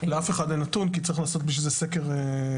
לאף אחד אין נתון כי צריך לעשות בשביל זה סקר מיוחד.